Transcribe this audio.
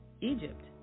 Egypt